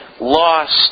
lost